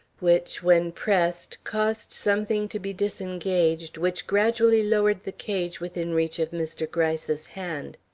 which, when pressed, caused something to be disengaged which gradually lowered the cage within reach of mr. gryce's hand.